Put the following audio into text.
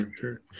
sure